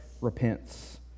repents